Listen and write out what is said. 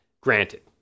granted